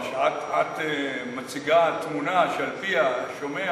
זה מפני שאת מציגה תמונה שעל-פיה השומע